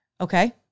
okay